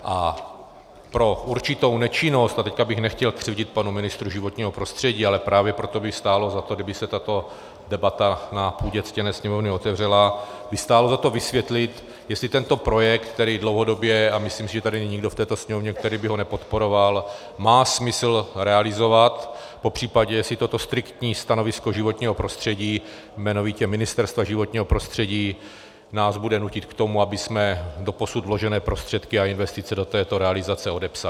A pro určitou nečinnost a teď bych nechtěl křivdit panu ministrovi životního prostředí, ale právě proto by stálo za to, kdyby se tato debata na půdě ctěné Sněmovny otevřela, stálo by za to vysvětlit, jestli tento projekt, který dlouhodobě a myslím, že tady není nikdo v této Sněmovně, kdo by ho nepodporoval má smysl realizovat, popř. jestli toto striktní stanovisko životního prostředí, jmenovitě Ministerstva životního prostředí, nás bude nutit k tomu, abychom doposud vložené prostředky a investice do této realizace odepsali.